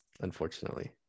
unfortunately